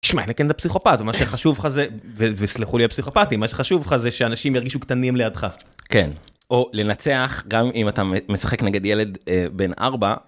אלא אם כן אתה פסיכופט ומה שחשוב לך זה וסלחו לי הפסיכופטים מה שחשוב לך זה שאנשים ירגישו קטנים לידך כן או לנצח גם אם אתה משחק נגד ילד בן 4.